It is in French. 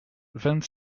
vingt